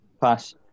Pass